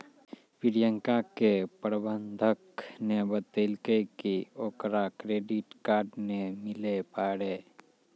प्रियंका के प्रबंधक ने बतैलकै कि ओकरा क्रेडिट कार्ड नै मिलै पारै